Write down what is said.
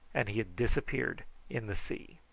and he had disappeared in the sea.